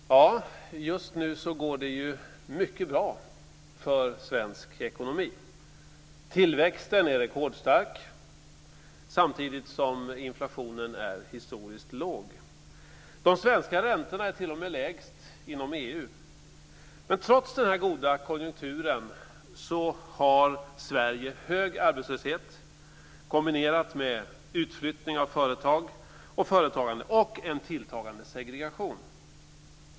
Fru talman! Just nu går det ju mycket bra för svensk ekonomi. Tillväxten är rekordstark, samtidigt som inflationen är historiskt låg. De svenska räntorna är t.o.m. lägst inom EU. Men trots den goda konjunkturen har Sverige hög arbetslöshet kombinerad med utflyttning av företag och företagande och en tilltagande segregation.